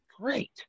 great